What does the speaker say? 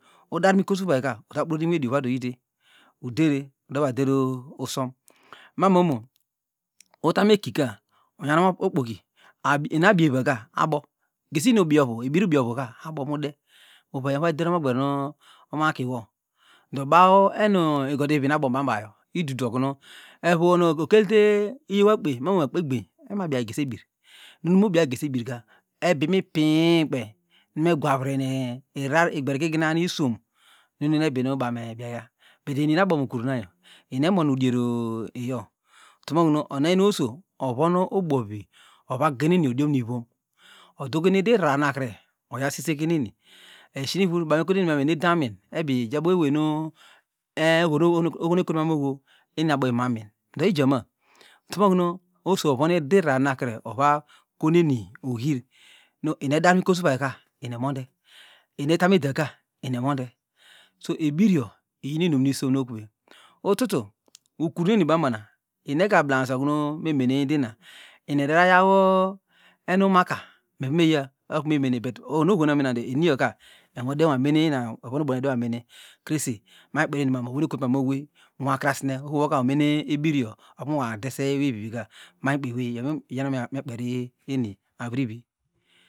Udar mu ukosuvayka utakprobe unwoedi uvronugite udere udera deru usom mormomo utam ekika unyamu okpoki in inabigevaka abo gesinu ubiovm ebirubiovuka abo muderu omakiwo ndo baw enuigodirinuabombanbam idudu okum erundo okelte iyow akpe ino akpegban emabrayi gesiebir nun mu ina nu igberikigina nuism numu ubi nu baw mebyaya bet eninmiabomu ukurunina eniemormudieri iyo utomokuno ononyameweyoso ovon ubo viovoggeneni odiomivom odogin udi rararnakra oyasisikineni eshinu ivur baw mekolu enimamu enuedamin ebiejaboko wenu ehh oho nekorumam oho eniabom ivomamin do ijama utomo kuna oso ovonu iderararnekre ovakoneni ohir nu eniedermikosvayka eniemonde enietamuedaka eronde so ebirgo iyinu inumnu isomnoku vey ututu ukurneni bambana eniegablanse okunu meneidina eniedaywa enumaka avome ya okunu emene bet ono ohona enieyoka edenwamene ina evon ubonenon evomene kress mabomu kperiniman oweynu ekotuomosi owey nwakrasne oho woka umene ebirgo okunu vadese eweyvika maykpe ewey iyo inya okunu kperi enirivi